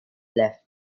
left